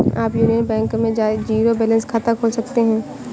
आप union bank में zero balance खाता खोल सकते हैं